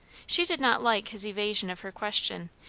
she did not like his evasion of her question,